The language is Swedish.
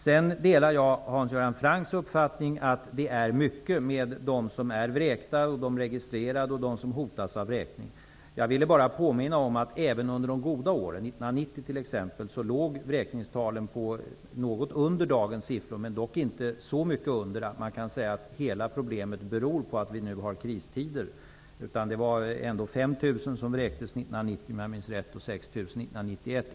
Jag delar Hans Göran Francks uppfattning att det är många som är vräkta, som är registrerade och som hotas av vräkning. Jag ville bara påminna om att vräkningstalen under de goda åren, t.ex. 1990, även om de låg något under dagens siffror inte var så mycket lägre att man kan säga att hela problemet beror på att det nu är kristid. Om jag minns rätt skedde 5 000 vräkningar år 1990 och 6 000 år 1991.